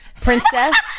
princess